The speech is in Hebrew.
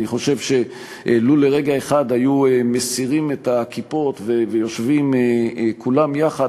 אני חושב שאם לרגע אחד הם היו מסירים את הכיפות והיו יושבים כולם יחד,